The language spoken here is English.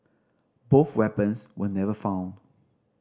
both weapons were never found